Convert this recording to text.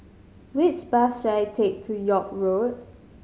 which bus should I take to York Road